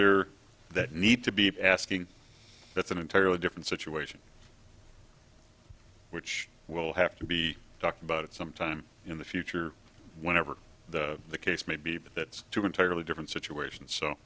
there that need to be asking that's an entirely different situation which will have to be talked about at some time in the future whenever the the case may be but that's two entirely different situations so